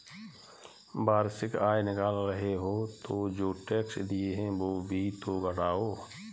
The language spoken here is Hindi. वार्षिक आय निकाल रहे हो तो जो टैक्स दिए हैं वो भी तो घटाओ